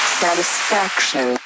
satisfaction